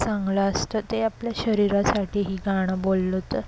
चांगलं असतं ते आपल्या शरीरासाठीही गाणं बोललं तर